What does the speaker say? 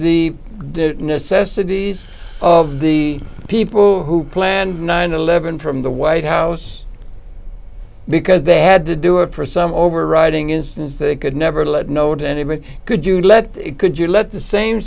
the necessities of the people who planned nine hundred and eleven from the white house because they had to do it for some overriding instance they could never let no one anybody could you let it could you let the same